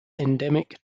endemic